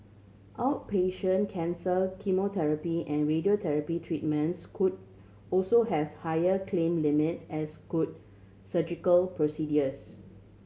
outpatient cancer chemotherapy and radiotherapy treatments could also have higher claim limits as could surgical procedures